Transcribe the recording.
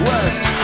West